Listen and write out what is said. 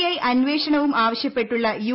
I അന്വേഷണവും ആവശ്യപ്പെട്ടുള്ള U